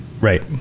Right